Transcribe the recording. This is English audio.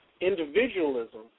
Individualism